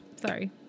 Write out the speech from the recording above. Sorry